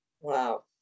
Wow